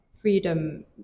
freedom